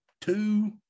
two